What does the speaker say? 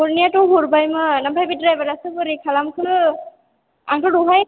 हरनायाथ' हरबायमोन ओमफ्राय बे द्राइबारासो बोरै खालामखो आंथ' दहायनो